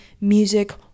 music